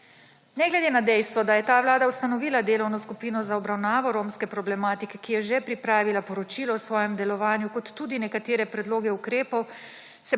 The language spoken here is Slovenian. Ne glede na dejstvo, da je ta vlada ustanovila delovno skupino za obravnavo romske problematike, ki je že pripravilo poročilo o svojem delovanju kot tudi nekatere predloge ukrepov,